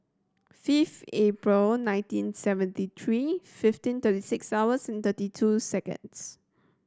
fifth April nineteen seventy three fifteen thirty six hours thirty two seconds